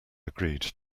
agreed